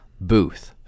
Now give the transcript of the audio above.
booth